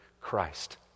Christ